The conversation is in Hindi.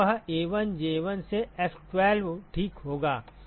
तो वह A1J1 से F12 ठीक होगा